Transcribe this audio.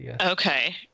Okay